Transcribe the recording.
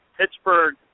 Pittsburgh